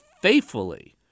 faithfully